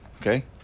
okay